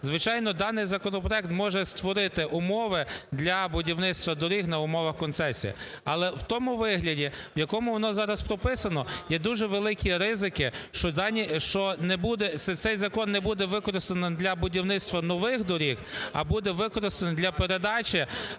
Звичайно, даний законопроект може створити умови для будівництва доріг на умовах концесії. Але в тому вигляді, в якому воно зараз прописано, є дуже великі ризики, що дані, що цей закон не буде використаний для будівництва нових доріг, а буде використаний для передачі